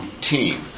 team